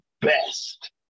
best